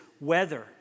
weather